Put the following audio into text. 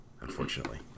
Unfortunately